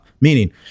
Meaning